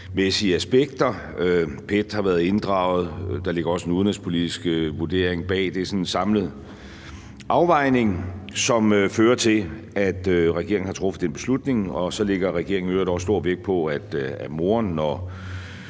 aspekter – PET har været inddraget, og der ligger også en udenrigspolitisk vurdering bag. Det er så en samlet afvejning, som fører til, at regeringen har truffet den beslutning. Så lægger regeringen i øvrigt også stor vægt på, at moren,